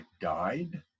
died